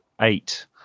eight